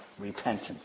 Repentance